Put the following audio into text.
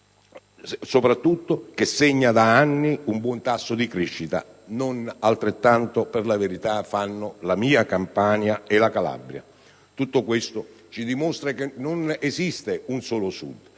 soprattutto, che segna da anni un buon tasso di crescita; non altrettanto, per la verità, fanno la mia Campania e la Calabria. Tutto questo ci dimostra che non esiste un solo Sud,